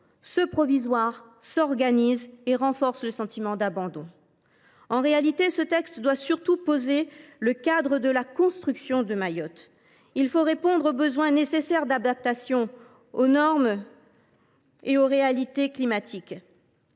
le provisoire s’installe et renforce le sentiment d’abandon. En réalité, ce texte doit surtout poser le cadre de la construction de Mayotte. Il faut répondre au nécessaire besoin d’adaptation des normes aux réalités climatiques.